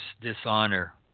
dishonor